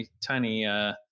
tiny